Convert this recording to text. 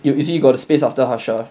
you usually got to space after harsha